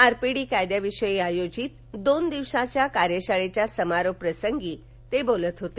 RPD कायद्याविषयी आयोजित दोन दिवसीय कार्याशाळेच्या समारोपप्रसंगी ते बोलत होते